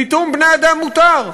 פיטום בני-אדם מותר.